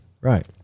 Right